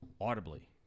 audibly